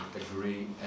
agree